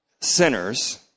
sinners